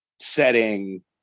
setting